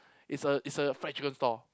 is a is a fried chicken stall